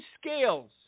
scales